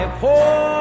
poor